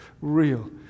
real